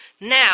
now